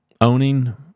owning